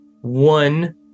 one